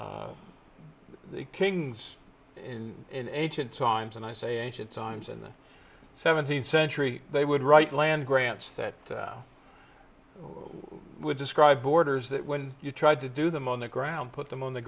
about the kings in ancient times and i say ancient times in the seventeenth century they would write land grants that which describe borders that when you tried to do them on the ground put them on the